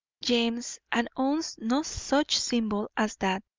james, and owns no such symbol as that.